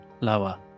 Lower